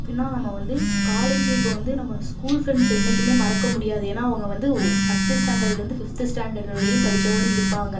எப்படின்னா நம்ம வந்து காலேஜ் இப்போ வந்து நம்ம ஸ்கூல் ஃப்ரெண்ட்ஸை என்றைக்குமே மறக்க முடியாது ஏன்னா அவங்க வந்து ஃபஸ்ட் ஸ்டாண்டர்ட்லேந்து ஃபிஃப்த்து ஸ்டாண்டர்ட் வரையும் படிச்சவங்களும் இருப்பாங்க